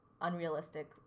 unrealistic